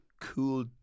cool